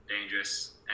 dangerous